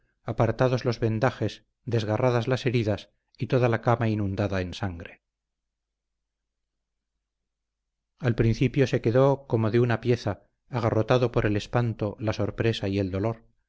apartados los vendajes desgarradas las heridas y toda la cama inundada en sangre al principio se quedó como de una pieza agarrotado por el espanto la sorpresa y el dolor